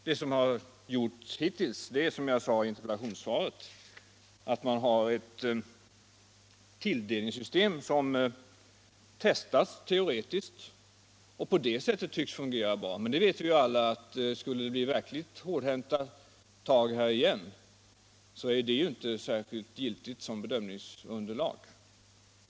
Det som har gjorts hittills är, som jag sade i interpellationssvaret, att man har ett tilldelningssystem som testats teoretiskt och på det sättet tycks fungera. Men vi vet alla att detta, om det återigen skulle bli verkligt hårdhänta tag på detta område, inte är särskilt giltigt som bedömningsunderlag.